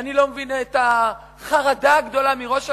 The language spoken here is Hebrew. אני לא מבין את החרדה הגדולה מראש הממשלה,